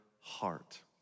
heart